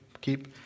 keep